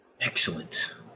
excellent